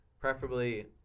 Preferably